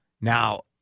Now